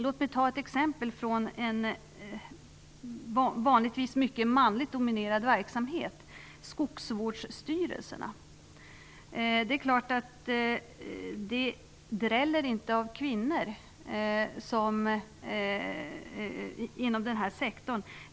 Låt mig nämna ett exempel från en vanligtvis mycket manligt dominerad verksamhet, nämligen skogsvårdsstyrelserna. Det dräller inte av kvinnor inom den här sektorn.